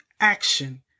action